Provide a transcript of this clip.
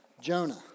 Jonah